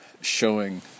showing